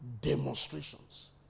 demonstrations